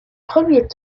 premiers